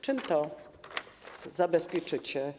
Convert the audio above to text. Czym to zabezpieczycie?